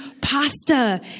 pasta